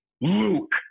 Luke